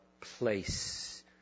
place